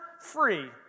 free